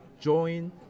join